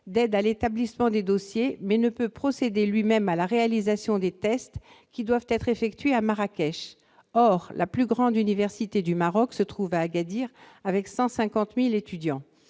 d'aide à l'établissement des dossiers, mais ne peut pas procéder lui-même à la réalisation des tests, qui doivent être effectués à Marrakech. La plus grande université du Maroc, avec 150 000 étudiants,